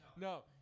no